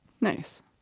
Nice